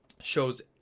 shows